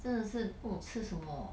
真的是不懂吃什么